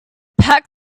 pack